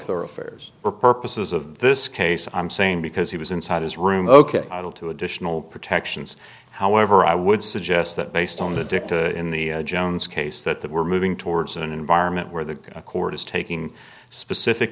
thoroughfares for purposes of this case i'm saying because he was inside his room ok two additional protections however i would suggest that based on the dicta in the jones case that that we're moving towards an environment where the court is taking a specific